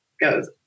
goes